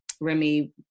Remy